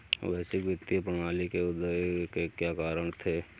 वैश्विक वित्तीय प्रणाली के उदय के क्या कारण थे?